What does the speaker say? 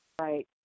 Right